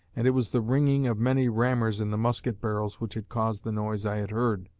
and it was the ringing of many rammers in the musket barrels which had caused the noise i had heard.